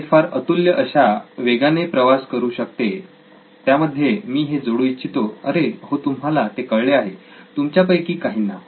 ते फार अतुल्य अशा वेगानेप्रवास करू शकते यामध्ये मी हे जोडू इच्छितो अरे हो तुम्हाला ते कळले आहे तुमच्यापैकी काहींना